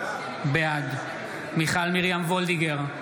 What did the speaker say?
בעד מיכל מרים וולדיגר,